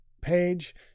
page